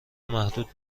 محدود